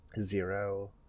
zero